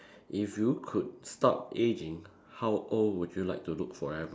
if you could stop ageing how old would you like to look forever